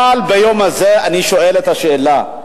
אבל ביום הזה אני שואל את השאלה: